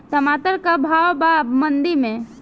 टमाटर का भाव बा मंडी मे?